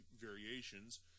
variations